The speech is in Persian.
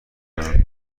کنن